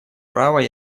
право